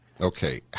Okay